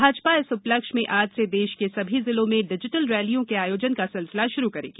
भाजपा इस उपलक्ष में आज से देश के सभी ज़िलों में डिजिटल रैलियों के आयोजन का सिलसिला शुरू करेगी